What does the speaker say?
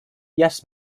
yes